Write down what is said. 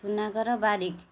Sunakar Barik